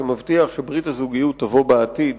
שמבטיח שברית הזוגיות תבוא בעתיד